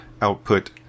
output